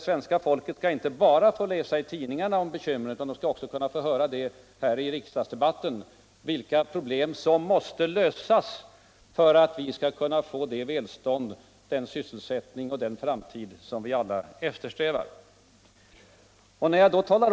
Svenska folket skall inte bara få läsa i tidningarna om bekymren utan också här i riksdagen få höra talas om vilka problem som måste lösas för att vi skall kunna få det välstånd, den sysselsättning och den framtid som vi alla eftersträvar.